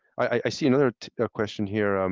i see another question here. um